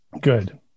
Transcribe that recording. Good